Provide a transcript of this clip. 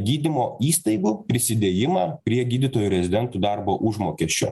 gydymo įstaigų prisidėjimą prie gydytojų rezidentų darbo užmokesčio